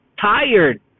tired